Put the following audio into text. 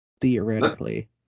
theoretically